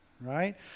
right